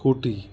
scooty